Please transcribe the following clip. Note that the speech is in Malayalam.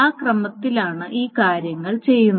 ആ ക്രമത്തിലാണ് ഈ കാര്യങ്ങൾ ചെയ്യുന്നത്